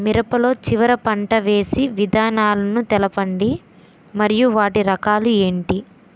మిరప లో చివర పంట వేసి విధానాలను తెలపండి మరియు వాటి రకాలు ఏంటి